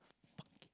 fucking